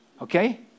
okay